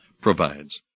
provides